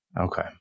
Okay